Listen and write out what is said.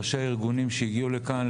ראשי הארגונים שהגיעו לכאן,